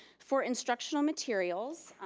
for instructional materials,